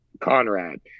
conrad